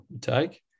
Take